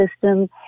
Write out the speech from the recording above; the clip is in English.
system